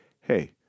hey